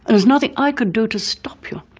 there's nothing i could do to stop you.